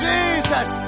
Jesus